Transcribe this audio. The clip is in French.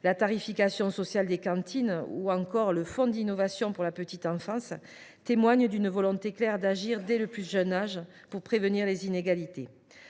la tarification sociale des cantines, ou encore le fonds d’innovation pour la petite enfance témoignent d’une volonté claire d’agir dès le plus jeune âge pour prévenir les inégalités.